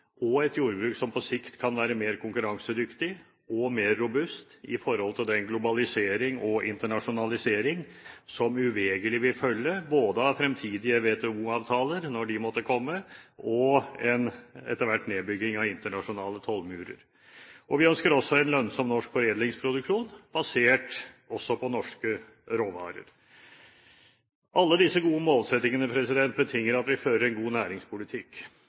og et jordbruk som på sikt kan være mer konkurransedyktig og mer robust i forhold til den globalisering og internasjonalisering som uvegerlig vil følge, både av fremtidige WTO-avtaler – når de måtte komme – og en etter hvert nedbygging av internasjonale tollmurer. Vi ønsker også en lønnsom norsk foredlingsproduksjon, også basert på norske råvarer. Alle disse gode målsettingene betinger at vi fører en god næringspolitikk.